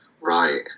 Right